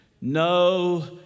no